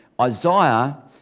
Isaiah